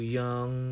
young